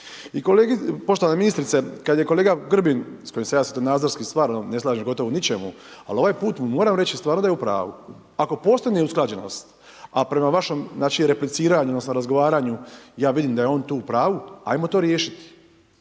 Poštovana ministrice, kada je kolega Grbin, s kojim se ja svjetonazorski stvarno ne slažem gotovo u ničemu, ali ovaj put mu moram reći, stvarno da je u pravu. Ako postoji neusklađenost, a prema vašom repliciranju, odnosno, razgovaranju, ja vidim da je on tu u pravu, ajmo to riješiti.